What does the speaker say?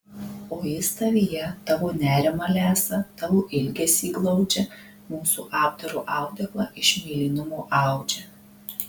o jis tavyje tavo nerimą lesa tavo ilgesį glaudžia mūsų apdaro audeklą iš mėlynumo audžia